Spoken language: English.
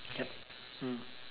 yup mm